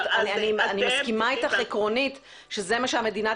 אני מסכימה אתך עקרונית שזה מה שמדינת